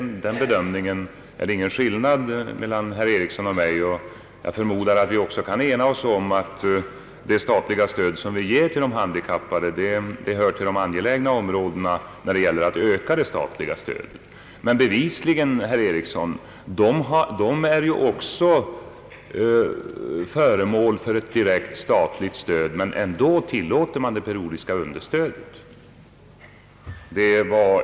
I den bedömningen är det ingen skillnad mellan herr Eriksson och mig; jag förmodar att vi också kan ena oss om att det statliga stödet till handikappade hör till det mest angelägna i fråga om ökat statligt stöd. Men fastän de är föremål för ett direkt statligt stöd, herr Eriksson, tillåter man ju tillämpning av det periodiska understödet.